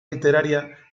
literaria